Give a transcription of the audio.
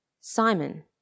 Simon